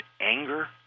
anger